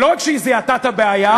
ולא רק שהיא זיהתה את הבעיה,